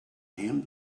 him